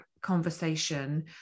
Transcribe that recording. conversation